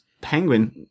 Penguin